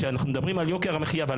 כאשר אנחנו מדברים על יוקר המחיה ועל